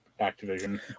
Activision